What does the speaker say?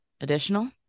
additional